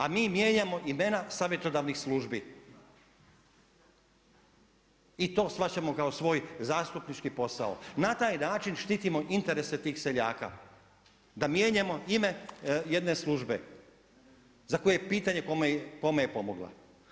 A mi mijenjamo imena savjetodavnih službi i to shvaćamo kao svoj zastupnički posao, na taj način štitimo interese tih seljaka, da mijenjamo ime jedne službe za koju je pitanje kome je pomogla.